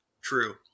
true